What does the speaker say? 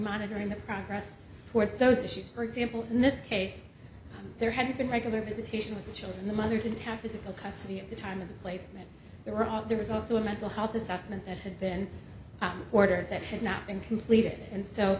monitoring the progress towards those issues for example in this case there had been regular visitation with the children the mother didn't have a simple custody at the time of the placement there were all there was also a mental health assessment that had been ordered that had not been completed and so